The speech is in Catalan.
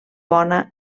bona